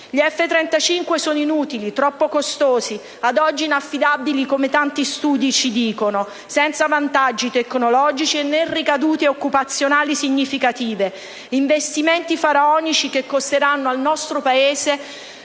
Gli F-35 sono inutili, troppo costosi, ad oggi inaffidabili (come tanti studi ci dicono), senza vantaggi tecnologici né ricadute occupazionali significative; investimenti faraonici che costeranno al nostro Paese